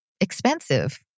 expensive